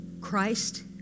Christ